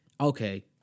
Okay